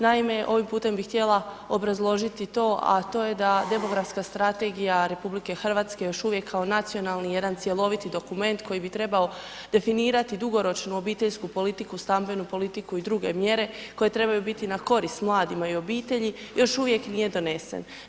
Naime, ovim putem bi htjela obrazložiti to, a to je da demografska strategija RH još uvijek kao nacionalni i jedan cjeloviti dokument koji bi trebao definirati dugoročnu obiteljsku politiku, stambenu politiku i druge mjere koje trebaju biti na korist mladima i obitelji još uvijek nije donesen.